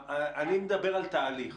אני מדבר על תהליך.